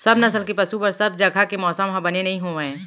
सब नसल के पसु बर सब जघा के मौसम ह बने नइ होवय